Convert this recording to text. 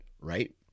right